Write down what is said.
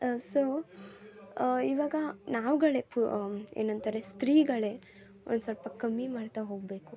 so ಇವಾಗ ನಾವುಗಳೆ ಪೂ ಏನಂತಾರೆ ಸ್ತ್ರೀಗಳೆ ಒಂದು ಸ್ವಲ್ಪ ಕಮ್ಮಿ ಮಾಡ್ತ ಹೋಗಬೇಕು